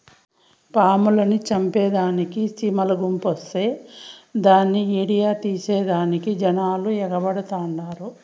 పాముల్ని సంపేదానికి సీమల గుంపొస్తే దాన్ని ఈడియో తీసేదానికి జనాలు ఎగబడతండారు